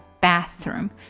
bathroom